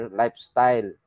lifestyle